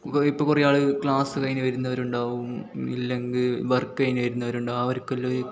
ഇപ്പോൾ കുറേ ആൾ ക്ലാസ്സ് കഴിഞ്ഞ് വരുന്നവരുണ്ടാവും ഇല്ലെങ്കിൽ വർക്ക് കഴിഞ്ഞ് വരുന്നവരുണ്ടാവും അവർക്കെല്ലാം